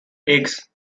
eggs